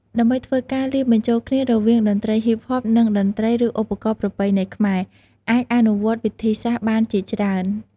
ដើម្បីធ្វើការលាយបញ្ចូលគ្នារវាង តន្ត្រីហ៊ីបហប និងតន្ត្រីឬឧបករណ៍ប្រពៃណីខ្មែរ អាចអនុវត្តវិធីសាស្ត្របានជាច្រើន។